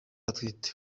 atwite